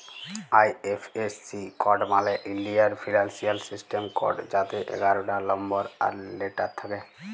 IFSC code মালে ইলডিয়াল financial system code যাতে এগারটা লম্বর আর লেটার থ্যাকে